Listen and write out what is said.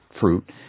fruit